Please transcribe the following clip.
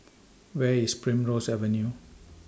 Where IS Primrose Avenue